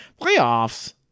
Playoffs